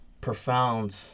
profound